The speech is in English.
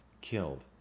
killed